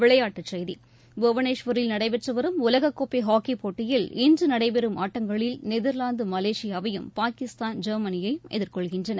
விளையாட்டுச் செய்திகள் புவனேஸ்வரில் நடைபெற்று வரும் உலகக்கோப்பை ஹாக்கிப் போட்டியில் இன்று நடைபெறும் ஆட்டங்களில் நெதர்லாந்து மலேசியாவையும் பாகிஸ்தான் ஜெர்மனியையும் எதிர்கொள்கின்றன